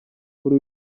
kuri